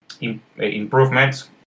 improvements